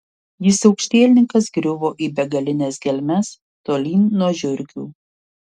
jis aukštielninkas griuvo į begalines gelmes tolyn nuo žiurkių